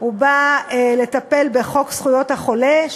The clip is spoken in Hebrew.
הוא בא לטפל בחוק זכויות החולה,